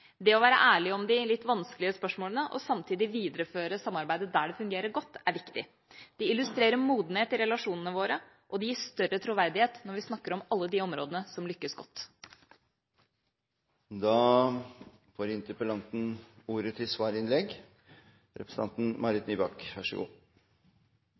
Det å være ærlig om de litt vanskelige spørsmålene og samtidig videreføre samarbeidet der det fungerer godt, er viktig. Det illustrerer modenhet i relasjonene våre, og det gir større troverdighet når vi snakker om alle de områdene som lykkes